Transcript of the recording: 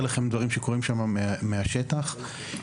לרגל השקת השדולה ללקויות